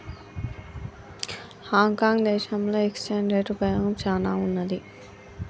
Hong Kong దేశంలో exchange rate ఉపయోగం చానా ఉన్నాది